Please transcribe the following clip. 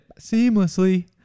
seamlessly